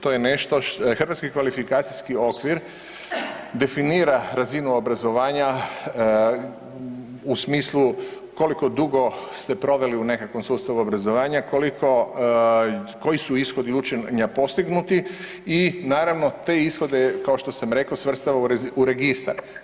To je nešto, Hrvatski kvalifikacijski okvir definira razinu obrazovanja u smislu koliko dugo ste proveli u nekakvom sustavu obrazovanja, koliko, koji su ishodi učenja postignuti i naravno, te ishode, kao što sam rekao, svrstava u Registar.